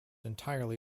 entirely